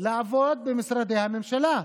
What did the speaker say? לעבוד במשרדי הממשלה.